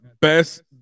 best